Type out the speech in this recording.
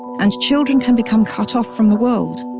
and children can become cut off from the world.